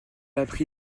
appris